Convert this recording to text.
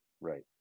Right